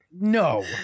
no